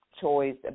choice